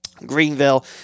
Greenville